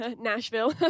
Nashville